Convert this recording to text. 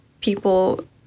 people